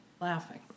laughing